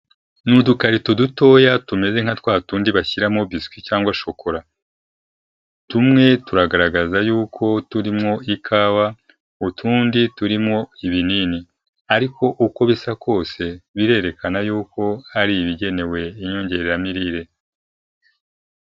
Ni udukarito dutoya tumeze nka twa tundi bashyiramo biswi cyangwa shokora. Tumwe turagaragaza yuko turimo ikawa, utundi turimwo ibinini, ariko uko bisa kose birerekana yuko hari ibigenewe inyongeramirire.